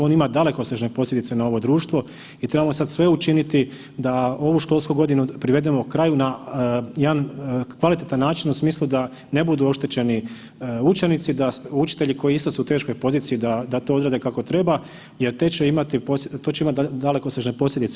On ima dalekosežne posljedice na ovo društvo i trebamo sada sve učiniti da ovu školsku godinu privedemo kraju na jedan kvalitetan način u smislu da ne budu oštećeni učenici, da učitelji koji su isto u teškoj poziciji da to odrade kako treba jer to će imati dalekosežne posljedice.